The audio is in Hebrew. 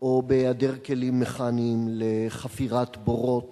או בהיעדר כלים מכניים לחפירת בורות